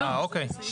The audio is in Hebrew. אה, אוקיי.